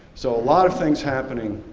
so a lot of things happening